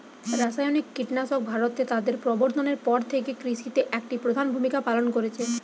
রাসায়নিক কীটনাশক ভারতে তাদের প্রবর্তনের পর থেকে কৃষিতে একটি প্রধান ভূমিকা পালন করেছে